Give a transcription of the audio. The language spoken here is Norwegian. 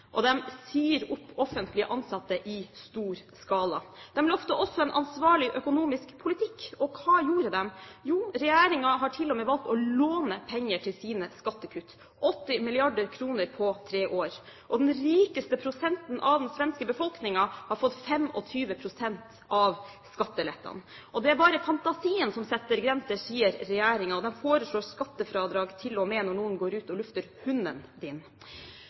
og de sier opp offentlig ansatte i stor skala. De lovte også en ansvarlig økonomisk politikk, og hva gjorde de? Jo, regjeringen har til og med valgt å låne penger til sine skattekutt – 80 mrd. kr på tre år. Den rikeste prosenten av den svenske befolkningen har fått 25 pst. av skattelettene. Det er bare fantasien som setter grenser, sier regjeringen, og de foreslår skattefradrag til og med når noen går ut og lufter hunden din.